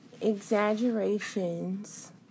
Exaggerations